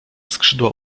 skrzydła